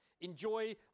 Enjoy